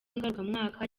ngarukamwaka